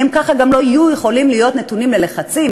ככה הם גם לא יהיו יכולים להיות נתונים ללחצים.